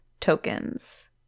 tokens